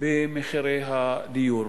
במחירי הדיור.